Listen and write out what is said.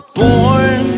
born